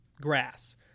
grass